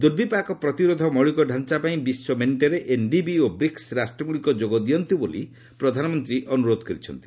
ଦୁର୍ବିପାକ ପ୍ରତିରୋଧ ମୌଳିକ ଡାଞ୍ଚା ପାଇଁ ବିଶ୍ୱମେଣ୍ଟରେ ଏନ୍ଡିବି ଓ ବ୍ରିକ୍ ରାଷ୍ଟ୍ରଗୁଡ଼ିକ ଯୋଗ ଦିଅନ୍ତୁ ବୋଲି ପ୍ରଧାନମନ୍ତ୍ରୀ ଅନୁରୋଧ କରିଛନ୍ତି